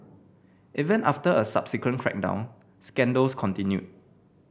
even after a subsequent crackdown scandals continued